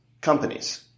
companies